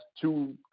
two